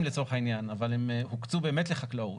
לצורך העניין אבל הם הוקצו באמת לחקלאות,